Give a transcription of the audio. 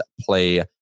play